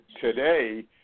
today